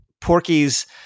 Porky's